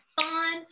fun